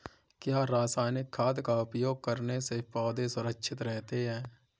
क्या रसायनिक खाद का उपयोग करने से पौधे सुरक्षित रहते हैं?